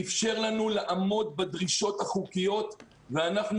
איפשר לנו לעמוד בדרישות החוקיות ואנחנו